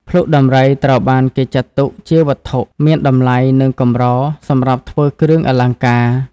ភ្លុកដំរីត្រូវបានគេចាត់ទុកជាវត្ថុមានតម្លៃ និងកម្រសម្រាប់ធ្វើគ្រឿងអលង្ការ។